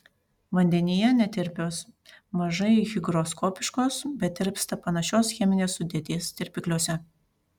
vandenyje netirpios mažai higroskopiškos bet tirpsta panašios cheminės sudėties tirpikliuose